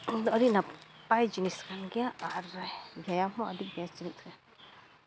ᱫᱚ ᱟᱹᱰᱤ ᱱᱟᱯᱟᱭ ᱡᱤᱱᱤᱥ ᱠᱟᱱ ᱜᱮᱭᱟ ᱟᱨ ᱵᱮᱭᱟᱢ ᱦᱚᱸ ᱟᱹᱰᱤᱵᱮᱥ